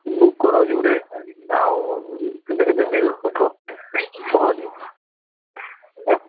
book କର ଯୋଡ଼େ ଆଉ ଟିକେ ବିଲ୍ ପଠ କହ ଟିକେ ଏଁ